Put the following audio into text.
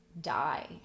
die